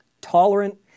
tolerant